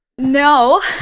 No